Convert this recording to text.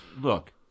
look